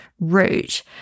route